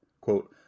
Quote